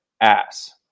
ass